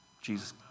Jesus